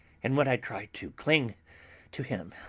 and when i tried to cling to him,